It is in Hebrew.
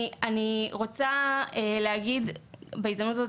אני רוצה להגיד בהזדמנות הזאת,